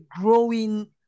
growing